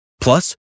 Plus